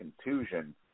contusion